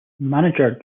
manager